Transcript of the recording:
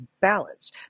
balance